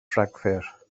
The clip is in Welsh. rhagfyr